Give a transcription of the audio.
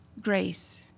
grace